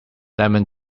lemon